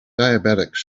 diabetics